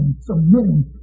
submitting